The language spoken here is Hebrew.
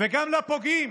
וגם לפוגעים,